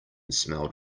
smelled